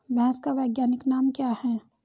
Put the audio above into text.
भैंस का वैज्ञानिक नाम क्या है?